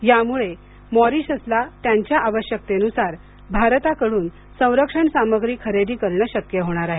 यामुळे मॉरिशस ला त्यांच्या आवश्यकतेनुसार भारताकडून संरक्षण सामग्री खरेदी करणे शक्य होणार आहे